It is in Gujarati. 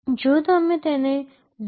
જો તમે તેને 0